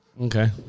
Okay